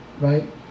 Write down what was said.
right